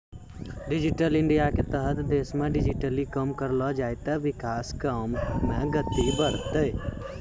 digital इंडियाके तहत देशमे डिजिटली काम करलो जाय ते विकास काम मे गति बढ़तै